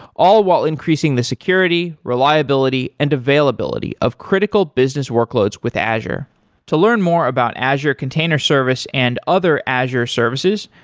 all while increasing the security, reliability and availability of critical business workloads with azure to learn more about azure container service and other azure services,